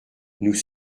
nous